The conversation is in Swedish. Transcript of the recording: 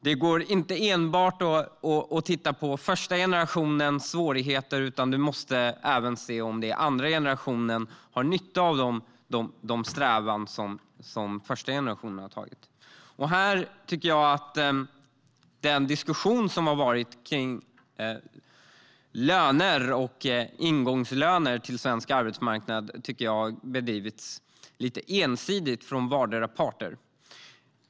Det går inte att enbart titta på första generationens svårigheter, utan man måste även se om andra generationen har nytta av den första generationens strävanden. Jag tycker att den diskussion som har varit när det gäller ingångslöner på svensk arbetsmarknad har förts på ett ganska ensidigt sätt av de olika parterna.